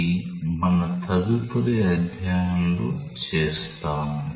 అది మన తదుపరి అధ్యాయంలో చేస్తాము